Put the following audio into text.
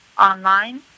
online